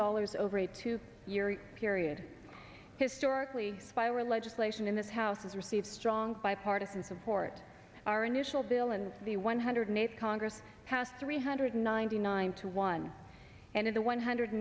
dollars over a two year period historically fire legislation in this house has received strong bipartisan support our initial bill and the one hundred eighth congress passed three hundred ninety nine to one and in the one hundred